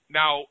now